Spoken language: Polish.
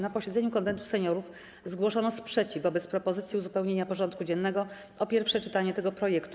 Na posiedzeniu Konwentu Seniorów zgłoszono sprzeciw wobec propozycji uzupełnienia porządku dziennego o pierwsze czytanie tego projektu.